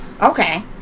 okay